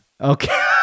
Okay